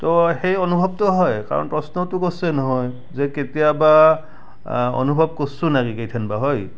তো সেই অনুভৱটো হয় কাৰণ প্ৰশ্নটো কৰিছে নহয় যে কেতিয়াবা আ অনুভৱ কৰিছোঁ নেকি কেথেনবা হয়